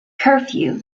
curfew